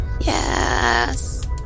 Yes